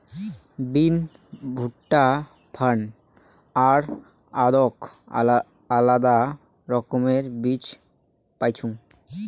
বিন, ভুট্টা, ফার্ন আর আদৌক আলাদা রকমের বীজ পাইচুঙ